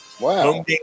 Wow